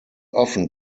often